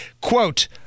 quote